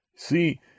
See